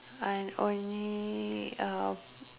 and only uh